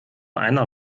einer